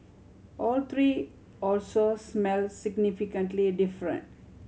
all three also smell significantly different